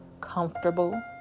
comfortable